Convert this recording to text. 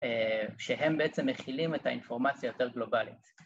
‫שהם בעצם מכילים ‫את האינפורמציה יותר גלובלית.